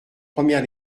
première